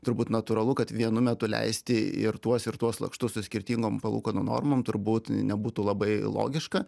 turbūt natūralu kad vienu metu leisti ir tuos ir tuos lakštus su skirtingom palūkanų normom turbūt nebūtų labai logiška